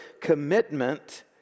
commitment